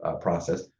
process